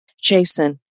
Jason